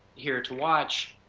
here to watch.